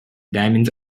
diamonds